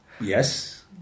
Yes